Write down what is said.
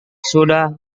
sudah